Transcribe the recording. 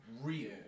real